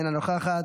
אינה נוכחת,